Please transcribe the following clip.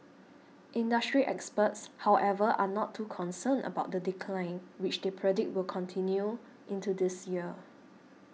industry experts however are not too concerned about the decline which they predict will continue into this year